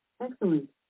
Excellent